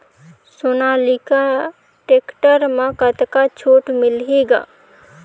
Sonalika tractor म कतका छूट मिलही ग?